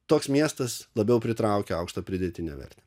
toks miestas labiau pritraukia aukštą pridėtinę vertę